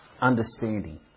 understanding